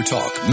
Talk